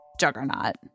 Juggernaut